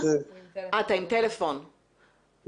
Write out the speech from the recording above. אני רוצה לעשות בסדר בעובדות.